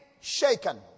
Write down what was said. shaken